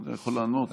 אתה יכול לענות.